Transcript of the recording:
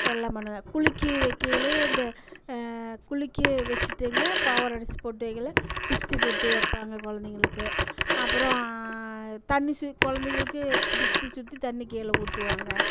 எல்லாம் பண்ணு குளிக்க வைக்கையிலே இந்த குளிக்க வெச்சுட்டுங்க பவுடரு அடிச்சு பொட்டு வைக்கயில டிஸ்ட்டி பொட்டு வைப்பாங்க கொழந்தைங்களுக்கு அப்புறம் தண்ணி சு கொழந்தைகளுக்கு டிஸ்ட்டி சுற்றி தண்ணி கீழே ஊற்றுவாங்க